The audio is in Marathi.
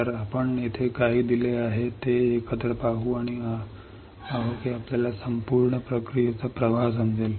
तर आपण येथे काय दिले आहे ते एकत्र पाहूया आणि आम्ही पाहू की आपल्याला संपूर्ण प्रक्रियेचा प्रवाह समजेल